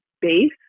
base